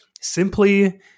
simply